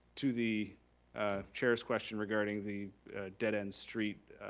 to the chair's question regarding the dead end street,